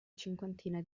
cinquantina